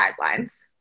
guidelines